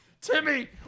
Timmy